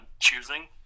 choosing